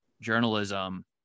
journalism